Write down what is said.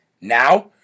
now